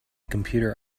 computer